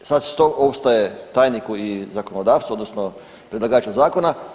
Sad što ostaje tajniku i zakonodavstvu, odnosno predlagaču zakona?